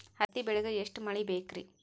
ಹತ್ತಿ ಬೆಳಿಗ ಎಷ್ಟ ಮಳಿ ಬೇಕ್ ರಿ?